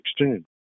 2016